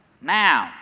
Now